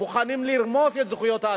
מוכנים לרמוס את זכויות האדם.